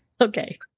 okay